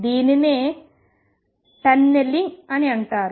దీనినే టన్నెలింగ్ అని అంటారు